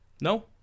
No